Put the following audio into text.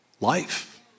life